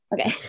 Okay